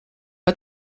pas